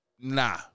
nah